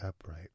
upright